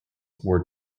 were